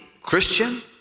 Christian